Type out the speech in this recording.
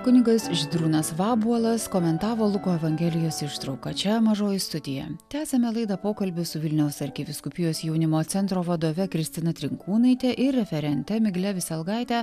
kunigas žydrūnas vabuolas komentavo luko evangelijos ištrauką čia mažoji studija tęsiame laidą pokalbis su vilniaus arkivyskupijos jaunimo centro vadove kristina trinkūnaite ir referente migle viselgaite